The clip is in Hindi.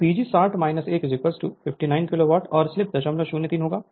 तो PG 60 1 59 किलो वाट और स्लीप 003 होगा